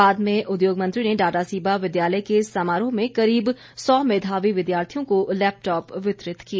बाद में उद्योग मंत्री ने डाडासीबा विद्यालय के समारोह में करीब सौ मेधावी विद्यार्थियों को लैपटॉप वितरित किए